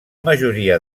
majoria